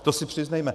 To si přiznejme.